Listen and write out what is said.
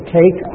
take